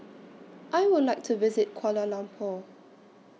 I Would like to visit Kuala Lumpur